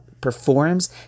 Performs